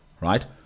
right